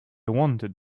wanted